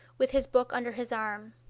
with his book under his arm.